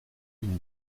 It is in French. une